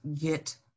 get